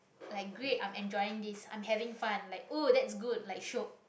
like great i'm enjoying this i'm having fun like oh that's good like shiok